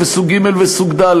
סוג ג' וסוג ד',